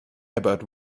about